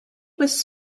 was